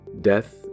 Death